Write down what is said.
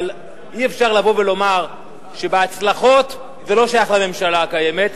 אבל אי-אפשר לבוא ולומר שההצלחות לא שייכות לממשלה הקיימת,